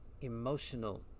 emotional